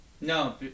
No